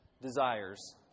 desires